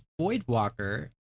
Voidwalker